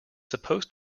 supposed